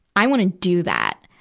i wanna do that.